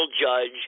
judge